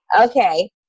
Okay